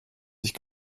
sich